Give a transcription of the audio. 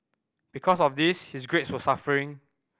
because of this his grades were suffering